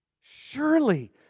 Surely